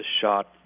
shot